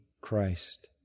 Christ